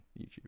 YouTube